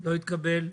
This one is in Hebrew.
לא התקבל.